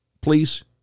please